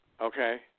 Okay